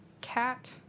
Cat